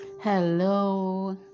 Hello